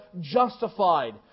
justified